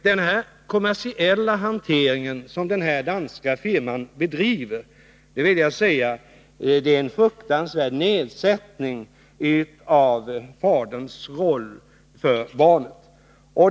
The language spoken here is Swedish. Den kommersiella hantering som den danska firman bedriver innebär en fruktansvärd nedsättning av faderns roll för barnet.